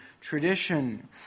tradition